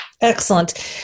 Excellent